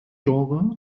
genre